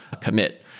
commit